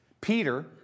Peter